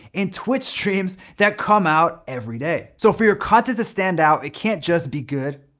and twitch streams that come out every day. so for your content to stand out, it can't just be good,